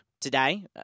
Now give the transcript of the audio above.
today